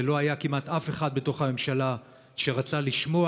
ולא היה כמעט אף אחד בממשלה שרצה לשמוע.